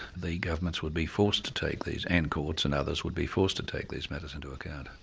the governments would be forced to take these and courts and others would be forced to take these matters into account.